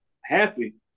happy